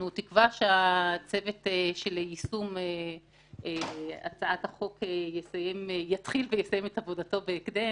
אנחנו תקווה שהצוות של יישום הצעת החוק יתחיל ויסיים את עבודתו בהקדם,